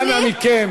אנא מכם.